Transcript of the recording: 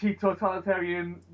totalitarian